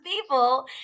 people